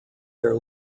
their